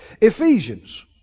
Ephesians